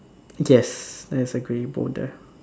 yes there's a grey border